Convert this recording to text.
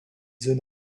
zone